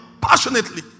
passionately